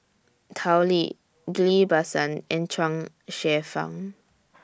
Tao Li Ghillie BaSan and Chuang Hsueh Fang